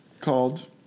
Called